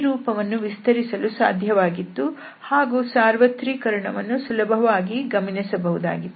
ಈ ರೂಪವನ್ನು ವಿಸ್ತರಿಸುವುದು ಸಾಧ್ಯವಾಗಿತ್ತು ಹಾಗೂ ಸಾರ್ವತ್ರೀಕರಣವನ್ನು ಸುಲಭವಾಗಿ ಗಮನಿಸಬಹುದಾಗಿತ್ತು